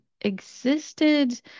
existed